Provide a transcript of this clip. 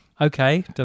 Okay